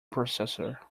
processor